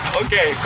okay